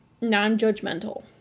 non-judgmental